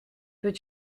peux